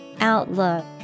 Outlook